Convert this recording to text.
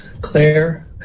Claire